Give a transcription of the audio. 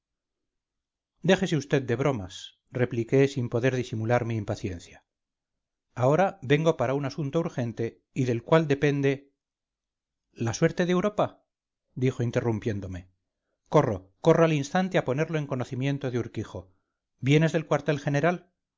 déjese vd de bromas repliqué sin poder disimular mi impaciencia ahora vengo para un asunto urgente y del cual depende la suerte de europa dijo interrumpiéndome corro corro al instante a ponerlo en conocimiento de urquijo vienes del cuartel general